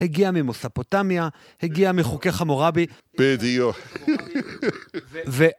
הגיעה ממוספוטמיה, הגיעה מחוקי חמורבי. בדיוק.